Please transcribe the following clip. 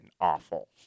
awful